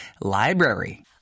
Library